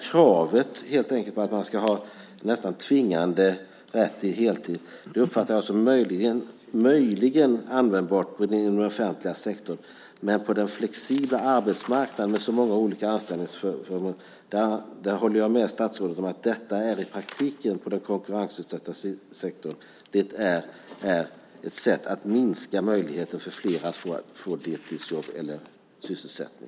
Kravet på en nästan tvingande rätt till heltid uppfattar jag som möjligen användbart i den offentliga sektorn, men när det gäller den flexibla arbetsmarknaden med många olika anställningsformer håller jag med statsrådet om att det i den konkurrensutsatta sektorn i praktiken är ett sätt att minska möjligheten för fler att få deltidsjobb eller sysselsättning.